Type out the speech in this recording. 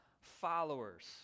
followers